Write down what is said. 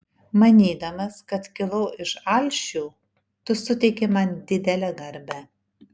manydamas kad kilau iš alšių tu suteiki man didelę garbę